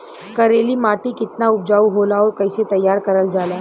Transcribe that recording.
करेली माटी कितना उपजाऊ होला और कैसे तैयार करल जाला?